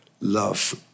love